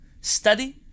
study